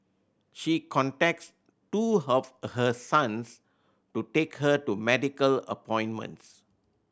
she contacts two of her sons to take her to medical appointments